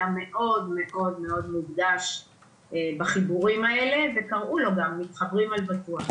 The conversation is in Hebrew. שהיה מאוד מוקדש בחיבורים האלה ולכן גם קראו לו "מתחברים על בטוח".